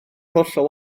hollol